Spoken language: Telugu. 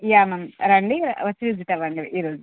యా మ్యామ్ రండి వచ్చి విజిట్ అవ్వండి ఈ రోజు